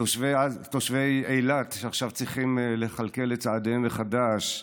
תושבי אילת שעכשיו צריכים לכלכל את צעדיהם מחדש,